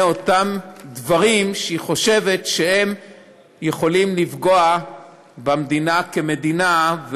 אותם דברים שהיא חושבת שהם יכולים לפגוע במדינה כמדינה,